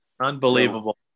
Unbelievable